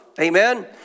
Amen